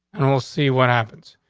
and we'll see what happens.